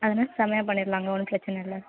அதெலாம் செம்மையா பண்ணிடலாங்க ஒன்றும் பிரச்சனை இல்லை